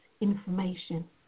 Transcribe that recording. information